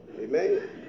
Amen